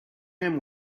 him